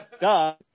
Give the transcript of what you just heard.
Duh